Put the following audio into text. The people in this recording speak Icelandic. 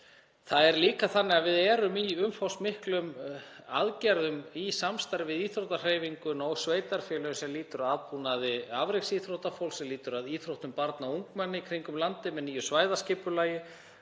það er að hafa áhrif. Við erum líka í umfangsmiklum aðgerðum í samstarfi við íþróttahreyfinguna og sveitarfélögin sem lýtur að aðbúnaði afreksíþróttafólks, sem lýtur að íþróttum barna og ungmenna í kringum landið með nýju svæðaskipulagi.